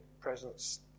presence